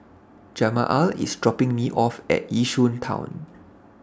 Jamaal IS dropping Me off At Yishun Town